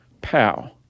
Pow